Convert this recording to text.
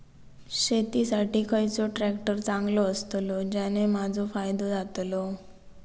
शेती साठी खयचो ट्रॅक्टर चांगलो अस्तलो ज्याने माजो फायदो जातलो?